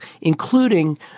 including